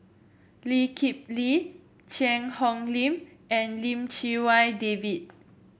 Lee Kip Lee Cheang Hong Lim and Lim Chee Wai David